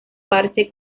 parche